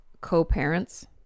co-parents